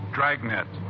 Dragnet